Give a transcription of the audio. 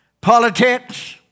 politics